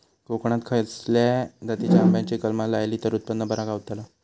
कोकणात खसल्या जातीच्या आंब्याची कलमा लायली तर उत्पन बरा गावताला?